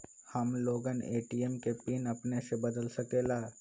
हम लोगन ए.टी.एम के पिन अपने से बदल सकेला?